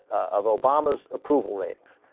of obama's approval rate ah.